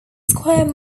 square